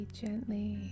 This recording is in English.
gently